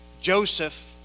Joseph